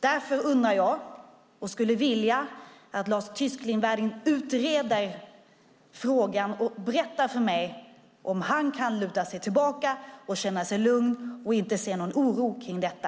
Därför skulle jag vilja att Lars Tysklind utreder frågan och berättar för mig om han kan luta sig tillbaka och känna sig lugn och inte se någon oro kring detta.